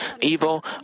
evil